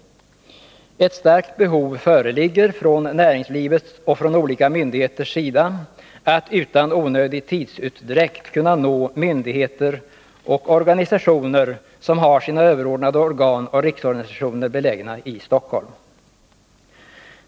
Ett starkt behov föreligger från näringslivets och från olika myndigheters sida att utan onödig tidsutdräkt kunna nå myndigheter och organisationer som har sina överordnade organ och riksorganisationer belägna i Stockholm.